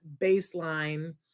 baseline